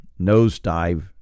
nosedive